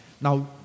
Now